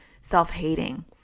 self-hating